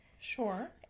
Sure